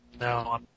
No